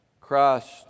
Christ